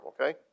okay